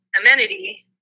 amenity